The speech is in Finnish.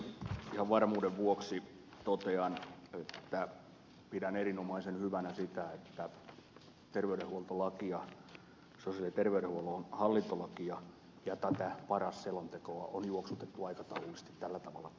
ihan varmuuden vuoksi totean että pidän erinomaisen hyvänä sitä että terveydenhuoltolakia sosiaali ja terveydenhuollon hallintolakia ja tätä paras selontekoa on juoksutettu aikataulullisesti tällä tavalla kuin nyt on tehty